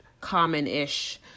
common-ish